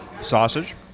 sausage